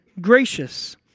gracious